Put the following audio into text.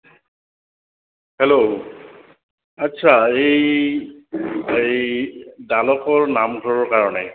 hello আচ্ছা এই এই ডালকৰ নামঘৰৰ কাৰণে